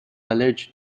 alleged